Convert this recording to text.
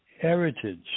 heritage